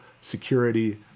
security